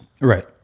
Right